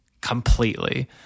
completely